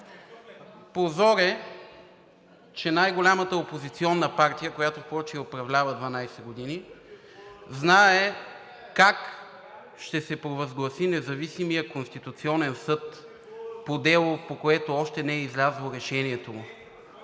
Позор е, че най-голямата опозиционна партия, която прочее управлява 12 години, знае как ще се провъзгласи независимият Конституционен съд по дело, по което още не е излязло решението му.